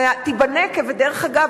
תיבנה כבדרך אגב,